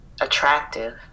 attractive